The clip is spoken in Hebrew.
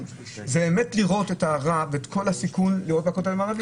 לראות את הרע ואת כל הסיכון לראות בכותל המערבי.